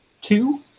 Two